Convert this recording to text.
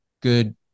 good